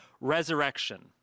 resurrection